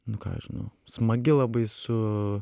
nu ką žinau smagi labai su